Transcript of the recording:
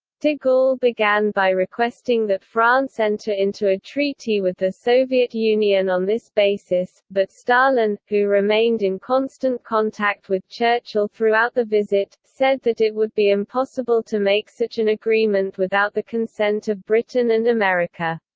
de gaulle began by requesting that france enter into a treaty with the soviet union on this basis, but stalin, who remained in constant contact with churchill throughout the visit, said that it would be impossible to make such an agreement without the consent of britain and america.